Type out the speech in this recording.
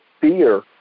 fear